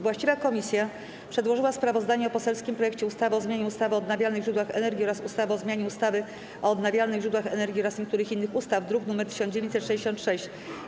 Właściwa komisja przedłożyła sprawozdanie o poselskim projekcie ustawy o zmianie ustawy o odnawialnych źródłach energii oraz ustawy o zmianie ustawy o odnawialnych źródłach energii oraz niektórych innych ustaw, druk nr 1966.